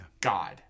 God